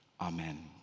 Amen